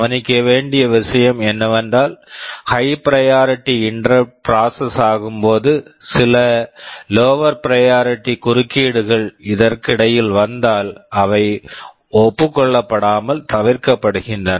கவனிக்க வேண்டிய விஷயம் என்னவென்றால் high priority high priority interrupt interrupt process process ஆகும்போது சில லோவர் lower பிரையாரிட்டி priority குறுக்கீடுகள் இதற்கிடையில் வந்தால் அவை ஒப்புக் கொள்ளப்படாமல் தவிர்க்கப்படுகின்றன